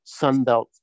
Sunbelt